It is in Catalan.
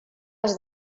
als